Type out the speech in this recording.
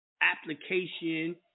application